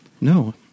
No